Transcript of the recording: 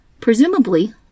Presumably